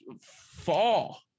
fall